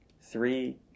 Three